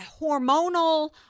hormonal